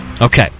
Okay